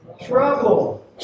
Trouble